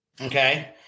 Okay